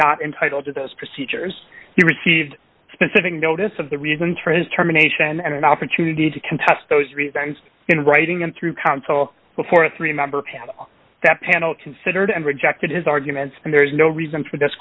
not entitled to those procedures he received specific notice of the reasons for his terminations and an opportunity to contest those reasons in writing and through counsel before a three member panel that panel considered and rejected his arguments and there is no reason for this